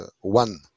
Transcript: one